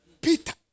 Peter